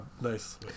Nice